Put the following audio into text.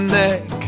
neck